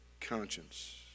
conscience